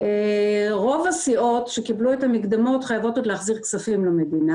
רוב הסיעות שקיבלו את המקדמות חייבות עוד להחזיר כספים למדינה.